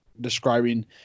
describing